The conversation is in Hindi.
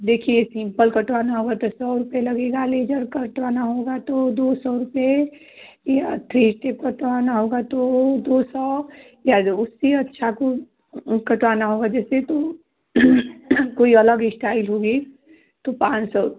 देखिए सिम्पल कटवाना होगा तो सौ रुपए लगेगा लेजर कटवाना होगा तो दो सौ रुपए या थ्री इस्टेप कटवाना होगा तो दो सौ या जो उससे अच्छा कटवाना होगा जैसे तो कोई अलग इश्टाइल हुई तो पाँच सौ